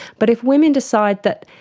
but if women decide that